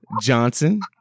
Johnson